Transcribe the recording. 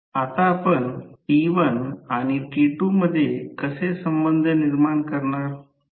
आता आपण T1आणि T2 मध्ये कसे संबंध निर्माण करणार